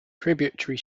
tributary